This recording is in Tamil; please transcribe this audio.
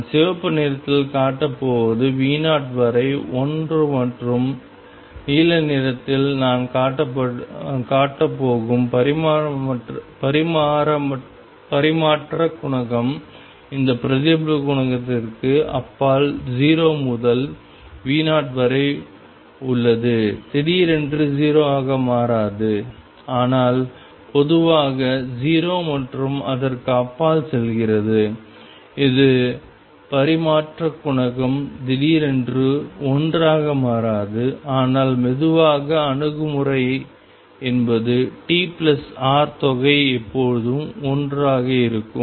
நான் சிவப்பு நிறத்தில் காட்டப் போவது V0 வரை 1 மற்றும் நீல நிறத்தில் நான் காட்டப் போகும் பரிமாற்றக் குணகம் இந்த பிரதிபலிப்பு குணகத்திற்கு அப்பால் 0 முதல் V0 வரை உள்ளது திடீரென்று 0 ஆக மாறாது ஆனால் மெதுவாக 0 மற்றும் அதற்கு அப்பால் செல்கிறது இது பரிமாற்றக் குணகம் திடீரென்று ஒன்றாக மாறாது ஆனால் மெதுவாக அணுகுமுறை என்பது TR தொகை எப்போதும் 1 ஆக இருக்கும்